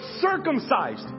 circumcised